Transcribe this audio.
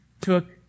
took